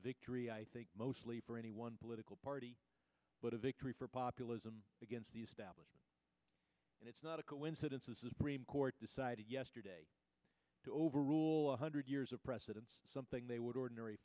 victory i think mostly for any one political party but a victory for populism against the establishment and it's not a coincidence the supreme court decided yesterday to overrule one hundred years of precedents something they would ordinary